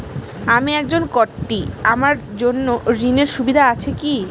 আমি একজন কট্টি আমার জন্য ঋণের সুবিধা আছে কি?